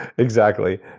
exactly.